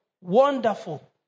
Wonderful